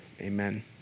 amen